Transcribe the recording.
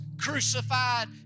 crucified